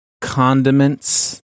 condiments